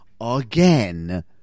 again